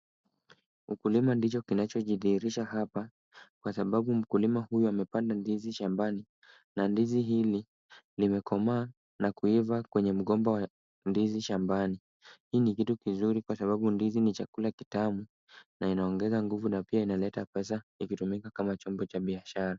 Ukulima ndicho kinachojidhihirisha hapa, kwa sababu mkulima huyu amepanda ndizi shambani. Na ndizi hili limekomaa na kuiva kwenye mgomba wa ndizi shambani. Hii ni kitu kizuri kwa sababu ndizi ni chakula kitamu na inaongeza nguvu na pia inaleta pesa ikitumika kama chombo cha biashara.